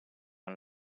con